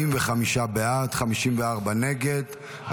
45 בעד, 54 נגד.